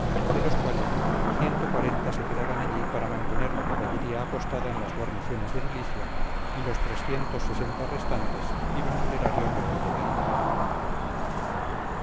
de los cuales se quedaban allí para mantener la caballería apostada en las guarniciones de cilicia y los restantes iban al erario real de darío